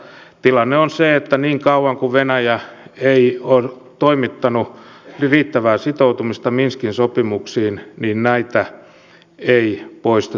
tilanne on se että niin kauan kuin venäjä ei ole toimittanut riittävää sitoutumista minskin sopimukseen näitä ei poisteta